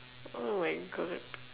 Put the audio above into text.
oh my god